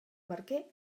barquer